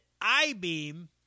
I-beam